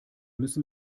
müssen